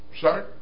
sorry